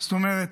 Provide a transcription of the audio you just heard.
זאת אומרת,